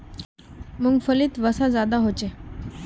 मूंग्फलीत वसा ज्यादा होचे